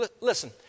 Listen